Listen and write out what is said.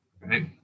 right